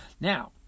Now